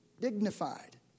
dignified